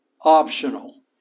optional